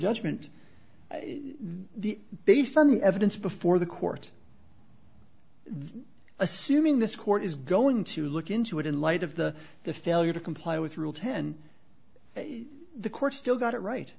judgment the based on the evidence before the court assuming this court is going to look into it in light of the the failure to comply with rule ten the court still got it right